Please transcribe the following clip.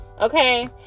okay